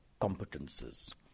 competences